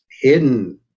hidden